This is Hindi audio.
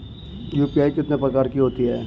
यू.पी.आई कितने प्रकार की होती हैं?